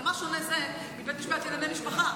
אבל מה שונה זה מבית משפט לענייני משפחה?